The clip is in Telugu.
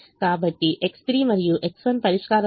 కాబట్టి X3 మరియు X1 పరిష్కారంలో ఉన్నాయి 0 మరియు 7